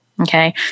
Okay